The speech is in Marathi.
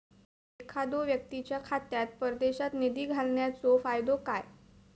एखादो व्यक्तीच्या खात्यात परदेशात निधी घालन्याचो फायदो काय?